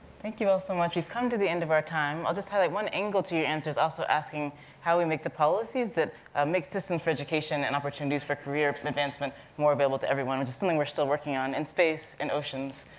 thank you all so much. we've come to the end of our time. i'll just highlight one angle to your answers, also asking how we make the policies that makes systems for education, and opportunities for career and advancement more available to everyone, which is something we're still working on in space and oceans.